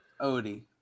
Odie